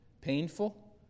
Painful